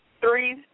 three